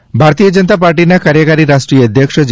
નઙા વડોદરા ભારતીય જનતા પાર્ટીના કાર્યકારી રાષ્ટ્રીય અધ્યક્ષ જે